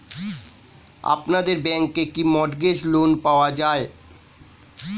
আপনাদের ব্যাংকে কি মর্টগেজ লোন পাওয়া যায়?